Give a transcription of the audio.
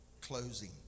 closing